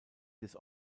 des